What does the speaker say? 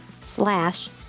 slash